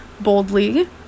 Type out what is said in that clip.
boldly